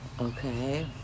Okay